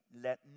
Let